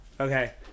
Okay